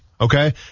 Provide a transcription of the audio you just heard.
okay